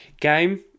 game